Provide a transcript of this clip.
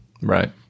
Right